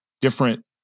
different